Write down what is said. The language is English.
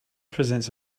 presents